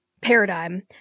paradigm